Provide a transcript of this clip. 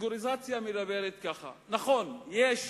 הקטגוריזציה מדברת כך: נכון, יש